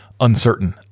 uncertain